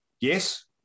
Yes